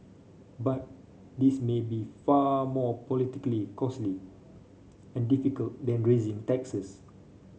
but this may be far more politically costly and difficult than raising taxes